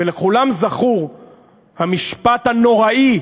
ולכולם זכור המשפט הנוראי,